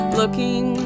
looking